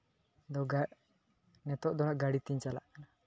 ᱱᱤᱛᱚᱜ ᱫᱚᱦᱟᱸᱜ ᱜᱟᱹᱲᱤᱛᱤᱧ ᱪᱟᱞᱟᱜ ᱠᱟᱱᱟ